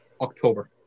October